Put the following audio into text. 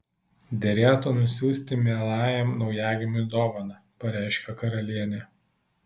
derėtų nusiųsti mielajam naujagimiui dovaną pareiškė karalienė